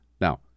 Now